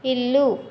ఇల్లు